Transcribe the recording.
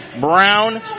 Brown